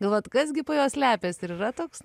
galvojat kas gi po juo slepiasi ir yra toks